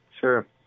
Sure